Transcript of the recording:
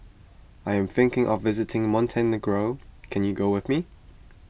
I am thinking of visiting Montenegro can you go with me